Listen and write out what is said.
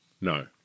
no